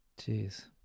Jeez